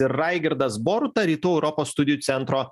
ir raigardas boruta rytų europos studijų centro